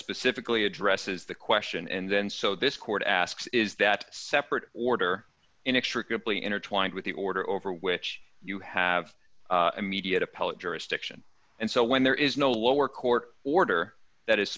specifically addresses the question and then so this court asks is that separate order inexplicably intertwined with the order over which you have immediate appellate jurisdiction and so when there is no lower court order that is